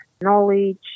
knowledge